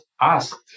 asked